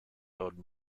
owed